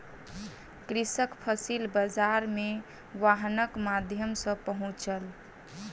कृषक फसिल बाजार मे वाहनक माध्यम सॅ पहुँचल